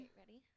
ready